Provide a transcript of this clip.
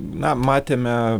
na matėme